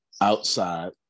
outside